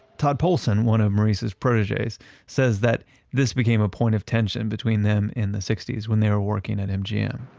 todd polson one of maurice's proteges says that this became a point of tension between them in the sixty s, when they were working at mgm.